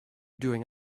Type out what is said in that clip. doing